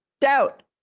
doubt